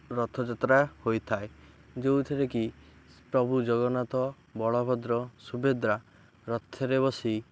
ରଥଯାତ୍ରା ହୋଇଥାଏ ଯୋଉଥିରେ କିି ପ୍ରଭୁ ଜଗନ୍ନାଥ ବଳଭଦ୍ର ସୁଭଦ୍ରା ରଥରେ ବସି